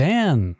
Dan